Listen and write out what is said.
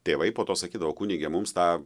tėvai po to sakydavo kunige mums ta